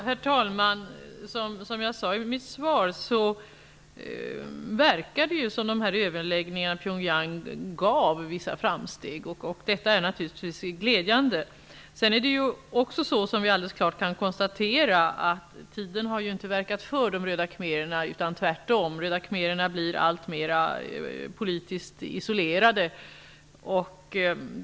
Herr talman! Som jag sade i mitt svar, verkar det som om överläggningarna i Pyongyang gav vissa framsteg, och detta är naturligtvis glädjande. Det är också så, som vi klart kan konstatera, att tiden inte har verkat för Röda khmererna, utan tvärtom blir de alltmera politiskt isolerade.